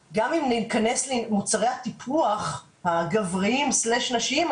וגם בנושאים קשורים אחרים לשוויון לנשים.